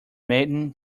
maiden